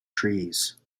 trees